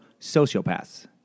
sociopaths